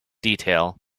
detail